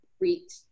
reach